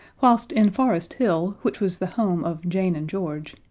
whilst in forest hill, which was the home of jane and george,